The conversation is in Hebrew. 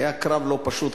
היה קרב לא פשוט,